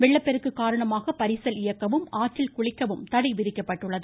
வெள்ளப்பெருக்கு காரணமாக பரிசல் இயக்கவும் ஆற்றில் குளிக்கவும் தடை விதிக்கப்பட்டுள்ளது